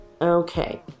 Okay